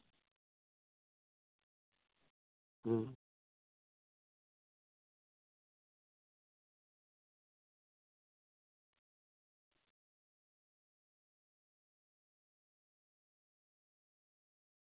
ᱦᱩᱸ